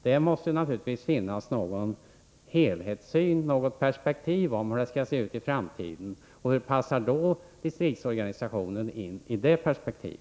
Det måste naturligtvis finnas någon helhetssyn på hur det skall se ut i framtiden. Hur passar distriktsorganisationen in i detta perspektiv?